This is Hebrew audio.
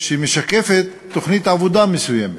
שמשקפת תוכנית עבודה מסוימת,